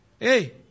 Hey